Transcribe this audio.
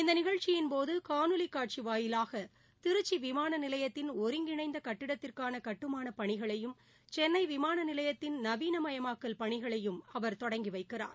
இந்த நிகழ்ச்சியின்போது காணொலி காட்சி வாயிலாக திருச்சி விமான நிலையத்தின் ஒருங்கிணைந்த கட்டிடத்திற்கான கட்டுமானப் பணிகளையும் சென்னை விமான நிலையத்தின் நவீனமயமாக்கல் பணிகளையும் அவர் தொடங்கி வைக்கிறார்